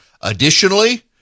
Additionally